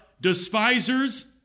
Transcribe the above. despisers